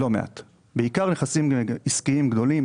לא מעט; בעיקר נכסים עסקיים גדולים.